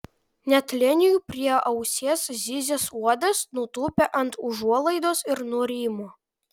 net leniui prie ausies zyzęs uodas nutūpė ant užuolaidos ir nurimo